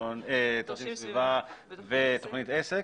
תרשים סביבה ותוכנית עסק,